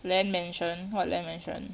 land mansion what land mansion